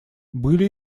были